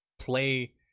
play